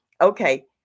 Okay